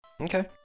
Okay